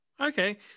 okay